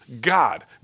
God